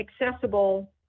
accessible